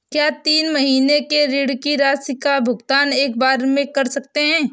क्या तीन महीने के ऋण की राशि का भुगतान एक बार में कर सकते हैं?